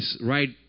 right